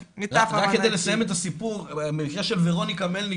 רק כדי לסיים את הסיפור במקרה של ורוניקה מלניק,